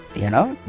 you know,